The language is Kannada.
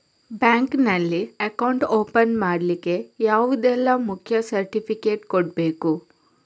ಬ್ಯಾಂಕ್ ನಲ್ಲಿ ಅಕೌಂಟ್ ಓಪನ್ ಮಾಡ್ಲಿಕ್ಕೆ ಯಾವುದೆಲ್ಲ ಮುಖ್ಯ ಸರ್ಟಿಫಿಕೇಟ್ ಕೊಡ್ಬೇಕು?